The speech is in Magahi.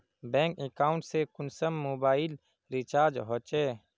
बैंक अकाउंट से कुंसम मोबाईल रिचार्ज होचे?